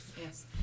Yes